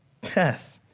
death